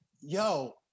yo